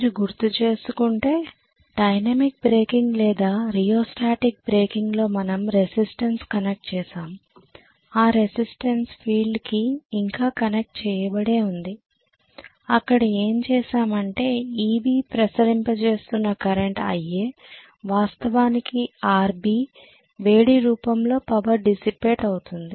మీరు గుర్తుచేసుకుంటే dynamic braking లేదా రియోస్టాటిక్ బ్రేకింగ్ లో మనం రెసిస్టెన్స్ కనెక్ట్ చేసాం ఆ రెసిస్టెన్స్ ఫీల్డ్ కి ఇంకా కనెక్ట్ చేయబడే ఉంది అక్కడ ఏం చేశామంటే Eb ప్రసరింపచేస్తున్న కరెంట్ Ia వాస్తవానికి Rb వేడి రూపంలో పవర్ డిస్సిపేట్ అవుతుంది